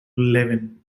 levin